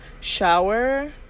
shower